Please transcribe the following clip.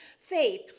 faith